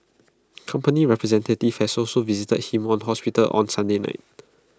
company representatives has also visited him on hospital on Sunday night